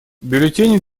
бюллетени